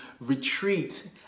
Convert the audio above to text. retreat